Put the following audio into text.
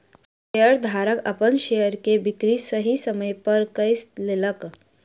शेयरधारक अपन शेयर के बिक्री सही समय पर कय लेलक